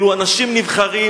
אלו אנשים נבחרים,